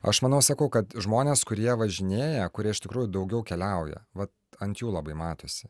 aš manau sakau kad žmonės kurie važinėja kurie iš tikrųjų daugiau keliauja vat ant jų labai matosi